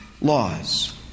laws